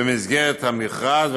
במסגרת המכרז,